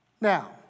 Now